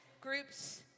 groups